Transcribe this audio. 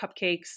cupcakes